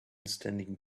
standing